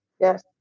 Yes